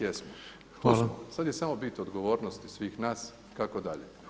Jesmo. … sada je samo bit odgovornosti svih nas kako dalje.